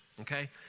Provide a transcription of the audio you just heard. Okay